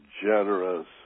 generous